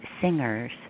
singers